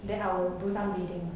then I will do reading